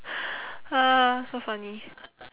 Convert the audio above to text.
uh so funny